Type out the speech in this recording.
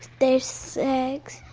they sag.